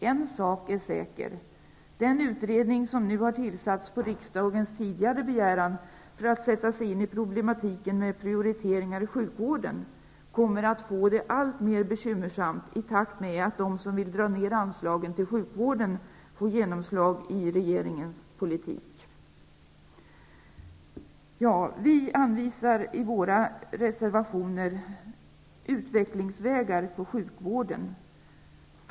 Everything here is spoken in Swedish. En sak är säker: den utredning som nu har tillsatts på riksdagens tidigare begäran för att sätta sig in i problematiken med prioriteringar i sjukvården kommer att få det alltmer bekymmersamt, i takt med att de som vill dra ner anslagen till sjukvården får genomslag i regeringens politik. Vi anvisar i våra reservationer utvecklingsvägar för sjukvården.